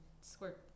squirt